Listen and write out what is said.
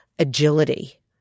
agility